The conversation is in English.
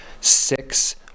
six